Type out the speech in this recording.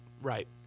Right